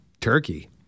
turkey